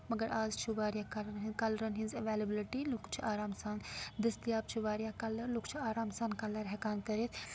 مَگر آز چھُ واریاہ کران کَلرن ہِنٛز ایویلیبلٹی لُکھ چھِ آرام سان دٔستِیاب چھُ واریاہ کَلر لُکھ چھِ آرام سان کَلر ہٮ۪کان کٔرِتھ